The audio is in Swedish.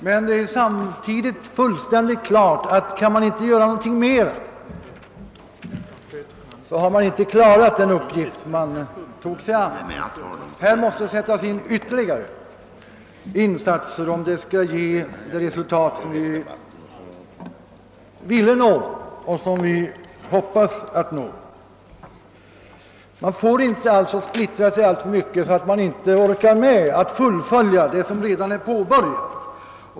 Men det står samtidigt klart att om det inte går att göra någonting mera, kan vi inte fullfölja den uppgift vi tagit på oss. Det behövs alltså ytterligare åtgärder, om vi skall nå det resultat som vi ville nå och som vi hoppas nå. Det får inte bli en sådan splittring av resurserna att vi inte orkar fullfölja det som redan är påbörjat.